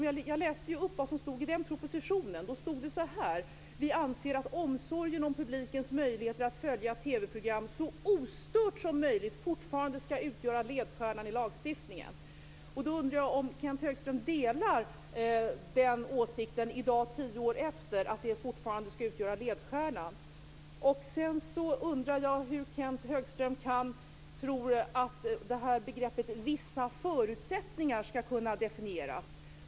Jag läste upp vad som stod i propositionen, nämligen att man anser omsorgen om publikens möjligheter att följa TV program så ostört som möjligt fortfarande ska utgöra ledstjärnan i lagstiftningen. Delar Kenth Högström åsikten tio år senare om ledstjärnan? Hur tror Kenth Högström att begreppet "vissa förutsättningar" ska kunna definieras?